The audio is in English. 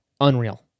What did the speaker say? unreal